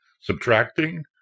subtracting